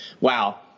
wow